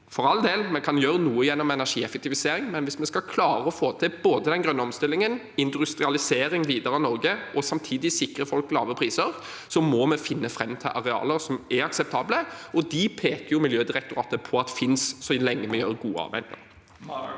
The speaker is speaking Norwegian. For all del, vi kan gjøre noe gjennom energieffektivisering, men hvis vi skal klare å få til både den grønne omstillingen, videre industrialisering av Norge og samtidig sikre folk lave priser, må vi finne fram til arealer som er akseptable. De peker Miljødirektoratet på at finnes, så lenge vi gjør gode avveininger.